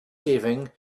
saving